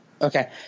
Okay